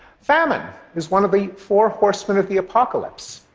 famine is one of the four horsemen of the apocalypse.